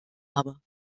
aber